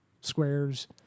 squares